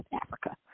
Africa